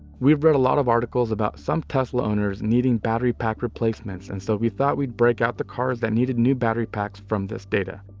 we've read a lot of articles about some tesla owners needing battery pack replacements and so we thought we'd break out the cars that needed new battery packs from this data.